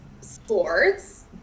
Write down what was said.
sports